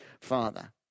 father